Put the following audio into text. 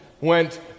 went